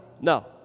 no